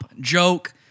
joke